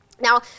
Now